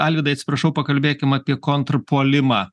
alvydai atsiprašau pakalbėkim apie kontrpuolimą